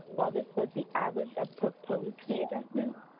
while this was the average of proposed fee adjustments,